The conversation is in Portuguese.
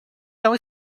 não